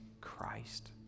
Christ